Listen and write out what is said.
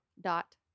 dot